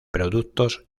productos